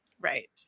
right